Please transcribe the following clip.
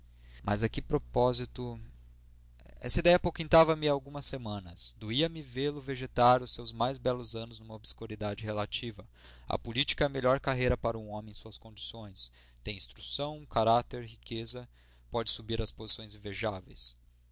a que propósito esta idéia apoquentava me há algumas semanas doía-me vê-lo vegetar os seus mais belos anos numa obscuridade relativa a política é a melhor carreira para um homem em suas condições tem instrução caráter riqueza pode subir a posições invejáveis